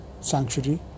Sanctuary